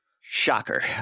Shocker